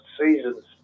seasons